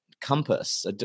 compass